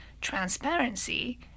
transparency